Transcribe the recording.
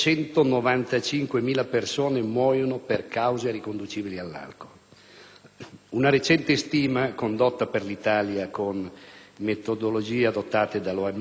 Secondo dati ISTAT, nel 2006 si sono verificati più di 6.000 incidenti stradali causati dallo stato psicofisico alterato del conducente;